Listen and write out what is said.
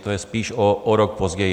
To je spíš o rok později.